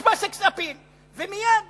ומייד